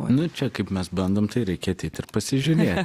nu čia kaip mes bandom tai reikia ateit ir pasižiūrėt